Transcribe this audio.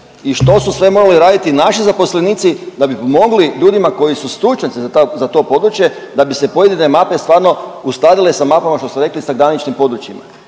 i što su sve morali raditi naši zaposlenici da bi pomogli ljudima koji su stručnjaci, za to područje da bi se pojedine mape stvarno uskladile sa mapama, što ste rekli, sa graničnim područjima.